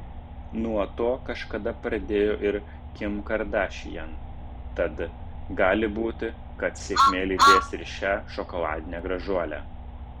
nuo to kažkada pradėjo ir kim kardashian tad gali būti kad sėkmė lydės ir šią šokoladinę gražuolę